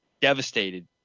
devastated